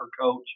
coach